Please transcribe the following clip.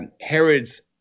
Herod's